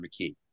McKee